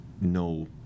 no